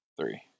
Three